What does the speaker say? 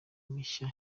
mishya